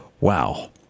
Wow